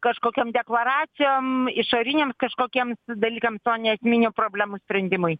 kažkokiom deklaracijom išoriniams kažkokiem dalykams o ne esminių problemų sprendimui